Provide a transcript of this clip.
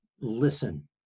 listen